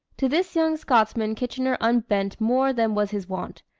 to this young scotsman kitchener unbent more than was his wont,